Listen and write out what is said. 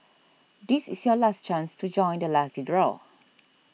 this is your last chance to join the lucky draw